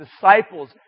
disciples